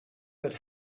that